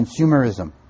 consumerism